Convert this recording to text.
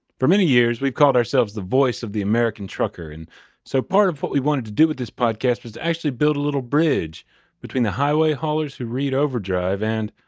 for many years, we've called ourselves the voice of the american trucker and so part of what we wanted to do with this podcast was to actually build a little bridge between the highway haulers who read overdrive and,